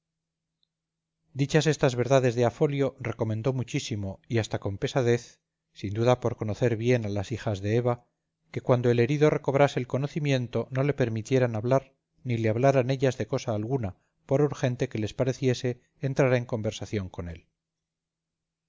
dichas estas verdades de a folio recomendó muchísimo y hasta con pesadez sin duda por conocer bien a las hijas de eva que cuando el herido recobrase el conocimiento no le permitieran hablar ni le hablaran ellas de cosa alguna por urgente que les pareciese entrar en conversación con él